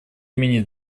имени